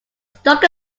stuck